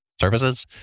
services